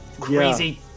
crazy